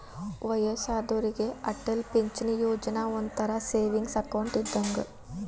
ವಯ್ಯಸ್ಸಾದೋರಿಗೆ ಅಟಲ್ ಪಿಂಚಣಿ ಯೋಜನಾ ಒಂಥರಾ savings account ಇದ್ದಂಗ